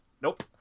Nope